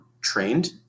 trained